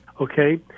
okay